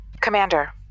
Commander